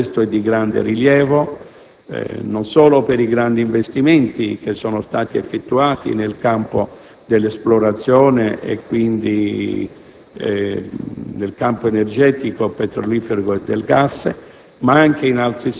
Per noi questo è di grande rilievo, non solo per i grandi investimenti effettuati nel campo dell'esplorazione e quindi nel campo energetico, petrolifero e del gas,